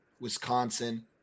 Wisconsin